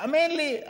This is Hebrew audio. האמן לי,